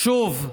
שוב,